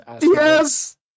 yes